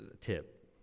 tip